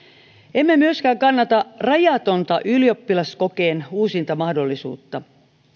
emme myöskään kannata rajatonta ylioppilaskokeen uusintamahdollisuutta